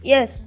Yes